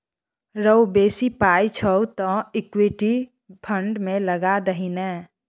रौ बेसी पाय छौ तँ इक्विटी फंड मे लगा दही ने